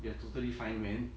they are totally fine man